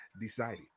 decided